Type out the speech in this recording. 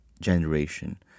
generation